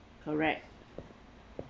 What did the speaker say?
correct